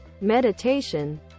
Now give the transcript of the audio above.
meditation